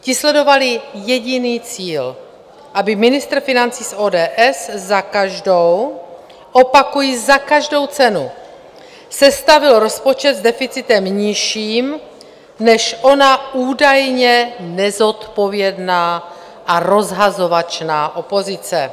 Ti sledovali jediný cíl, aby ministr financí z ODS za každou opakuji, za každou cenu sestavil rozpočet s deficitem nižším než ona údajně nezodpovědná a rozhazovačná opozice.